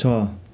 छ